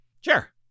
Sure